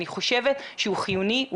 אני חושבת שהוא חיוני,